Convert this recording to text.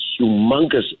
humongous